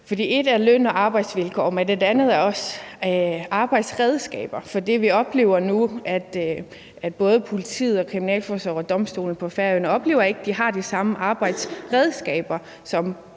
ét er løn- og arbejdsvilkår, men noget andet er arbejdsredskaber. For vi oplever nu, at både politiet og kriminalforsorgen og domstolene på Færøerne ikke oplever, at de har de samme arbejdsredskaber, som